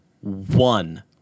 one